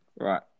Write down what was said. Right